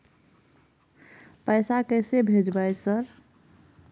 पैसा कैसे भेज भाई सर?